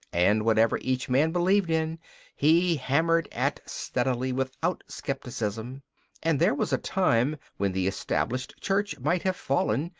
and whatever each man believed in he hammered at steadily, without scepticism and there was a time when the established church might have fallen,